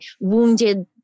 wounded